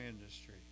industry